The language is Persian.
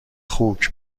خوک